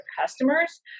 customers